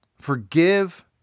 Forgive